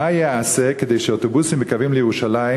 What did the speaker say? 1. מה ייעשה כדי שאוטובוסים בקווים לירושלים